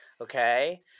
Okay